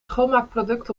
schoonmaakproduct